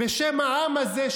בשם העם הזה,